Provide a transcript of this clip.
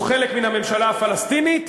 כל עוד "חמאס" הוא חלק מהממשלה הפלסטינית,